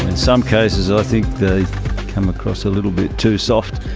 some cases i think they come across a little bit too soft.